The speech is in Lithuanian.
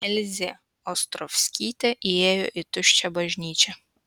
elzė ostrovskytė įėjo į tuščią bažnyčią